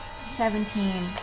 seventeen.